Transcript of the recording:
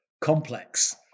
Complex